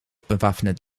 bewaffnet